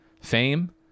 fame